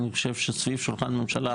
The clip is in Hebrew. אני חושב שסביב שולחן הממשלה,